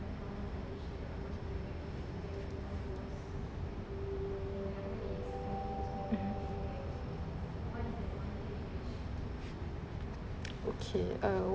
mmhmm okay uh